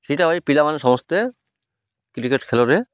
ସେଇଟା ଭାଇ ପିଲାମାନେ ସମସ୍ତେ କ୍ରିକେଟ୍ ଖେଳରେ